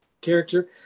character